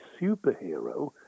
superhero